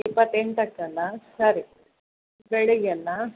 ಇಪ್ಪತ್ತೆಂಟಕ್ಕಲ ಸರಿ ಬೆಳಗ್ಗೆಯಲ